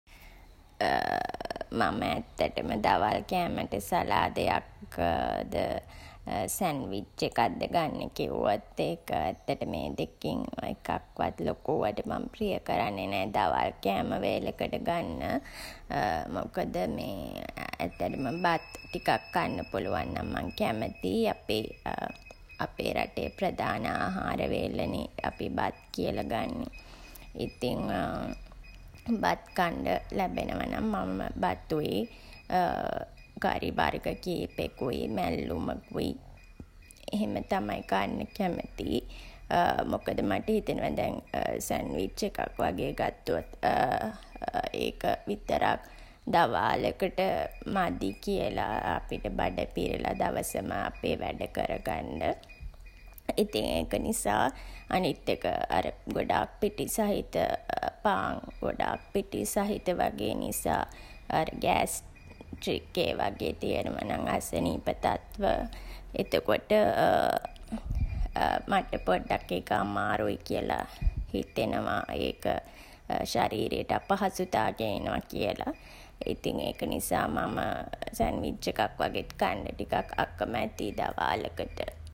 මම ඇත්තටම දවල් කෑමට සලාදයක් ද, සැන්විච් එකක් ද ගන්නේ කිව්වොත් ඒක ඇත්තටම ඒ දෙකෙන් එකක් වත් ලොකුවට මං ප්‍රිය කරන්නේ නෑ දවල් කෑම වේලකට ගන්න. මොකද මේ ඇත්තටම බත් ටිකක් කන්න පුළුවන් නම් මං කැමතියි. අපේ අපේ රටේ ප්‍රධාන ආහාර වේල නේ අපි බත් කියලා ගන්නේ. ඉතින් බත් කන්ඩ ලැබෙනවා නම් මම බතුයි කරි වර්ග කීපෙකුයි, මැල්ලුමකුයි එහෙම තමයි කන්න කැමති. මොකද මට හිතෙනවා දැන් සැන්විච් එකක් වගේ ගත්තොත් ඒක විතරක් දවාලකට මදි කියලා අපිට බඩ පිරිලා දවසම අපේ වැඩ කරගන්ඩ. ඉතින් ඒක නිසා අනිත් එක අර ගොඩාක් පිටි සහිත පාන් ගොඩාක් පිටි සහිත වගේ නිසා අර ගෑස්‌ට්‍රික් ඒ වගේ තියෙනවා නම් අසනීප තත්ත්ව එතකොට මට පොඩ්ඩක් ඒක අමාරුයි කියලා හිතෙනවා. ඒක ශරීරයට අපහසුතා ගේනවා කියලා. ඉතින් ඒක නිසා මම සැන්විච් එකක් වගෙත් කන්ඩ ටිකක් අකමැතියි දවාලකට.